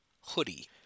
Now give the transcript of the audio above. hoodie